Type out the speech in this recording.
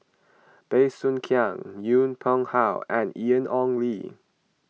Bey Soo Khiang Yong Pung How and Ian Ong Li